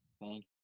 Thank